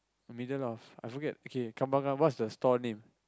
the middle of I forget okay Kembangan what's the store name